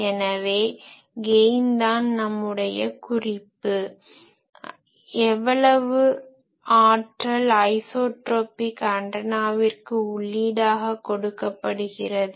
எனவே கெய்ன்தான் நம்முடைய குறிப்பு எவ்வளவு ஆற்றல் ஐஸோட்ரோப்பிக் ஆன்டனாவிற்கு உள்ளீடாக கொடுக்கப்படுகிறது